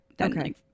Okay